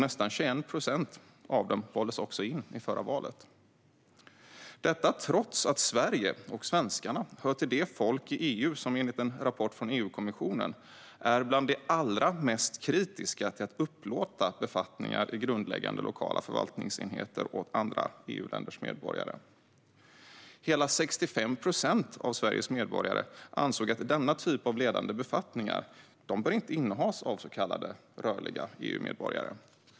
Nästan 21 procent av dem valdes också in i förra valet, trots att Sverige och svenskarna hör till de folk i EU som, enligt en rapport från EU-kommissionen, är bland de mest kritiska till att upplåta befattningar i grundläggande lokala förvaltningsenheter åt andra EU-länders medborgare. Hela 65 procent av Sveriges medborgare ansåg att denna typ av ledande befattningar inte bör innehas av så kallade rörliga EU-medborgare.